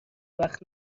وقت